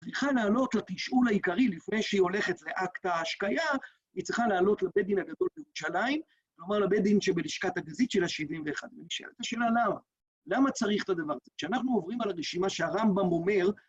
היא צריכה לעלות לתשאול העיקרי לפני שהיא הולכת לאקט ההשקייה, היא צריכה לעלות לבית הדין הגדול בירושלים, כלומר לבית הדין שבלשכת הגזית של ה-71. נשאלת השאלה למה? למה צריך את הדבר הזה? כשאנחנו עוברים על הרשימה שהרמב"ם אומר,